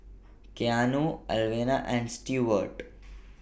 Keanu Alvena and Stewart